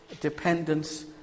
dependence